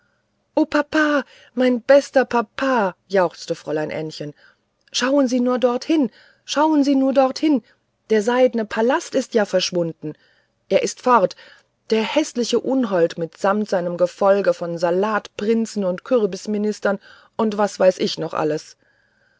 papa mein bester papa jauchzte fräulein ännchen schauen sie doch nur hin schauen sie doch nur hin der seidne palast ist ja verschwunden er ist fort der häßliche unhold mitsamt seinem gefolge von salatprinzen und kürbisministern und was weiß ich sonst alles